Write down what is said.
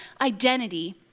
identity